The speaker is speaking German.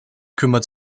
kümmert